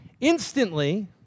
Instantly